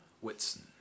Whitson